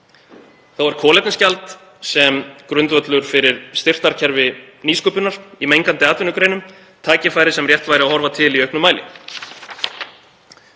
Þá er kolefnisgjald sem grundvöllur fyrir styrktarkerfi nýsköpunar í mengandi atvinnugreinum tækifæri sem rétt væri að horfa til í auknum mæli.